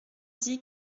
dit